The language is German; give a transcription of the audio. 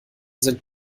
sind